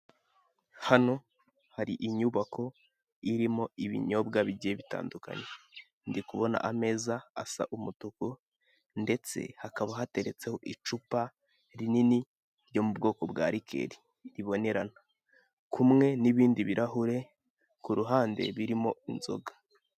Hano hari inyubako irimo ibinyobwa bigiye bitandukanye ndikubona ameza asa umutuku, ndetse hakaba hateretseho icupa rinini ryo mu bwoko bwa likeri ribonerana. Kumwe n'ibindi birahure, ku ruhande birimo inzoga.